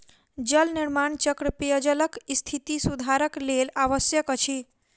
जल निर्माण चक्र पेयजलक स्थिति सुधारक लेल आवश्यक अछि